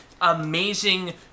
amazing